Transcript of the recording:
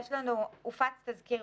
בשנת 2016 הופץ תזכיר.